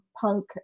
punk